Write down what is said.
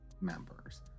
members